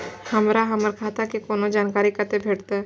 हमरा हमर खाता के कोनो जानकारी कते भेटतै